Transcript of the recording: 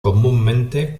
comúnmente